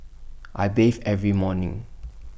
I bathe every morning